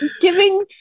giving